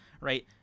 right